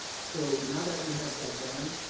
so now that we have that done,